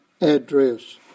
address